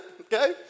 Okay